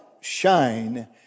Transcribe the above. shine